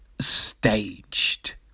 staged